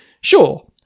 Sure